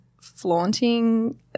flaunting